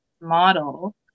model